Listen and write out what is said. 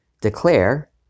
declare